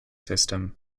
system